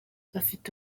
afite